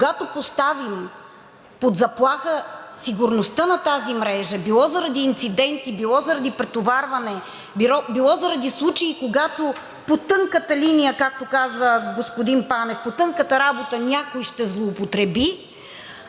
Когато поставим под заплаха сигурността на тази мрежа било заради инциденти, било заради претоварване, било заради случаи, когато по тънката линия, както казва господин Панев, по тънката работа някой ще злоупотреби,